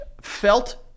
felt